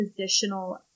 positional